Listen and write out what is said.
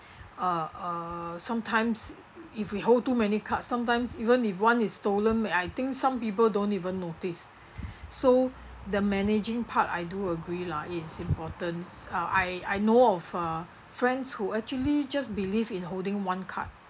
uh uh sometimes if we hold too many cards sometimes even if one is stolen I think some people don't even notice so the managing part I do agree lah it is important uh I I know of uh friends who actually just believe in holding one card